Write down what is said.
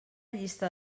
llista